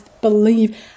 believe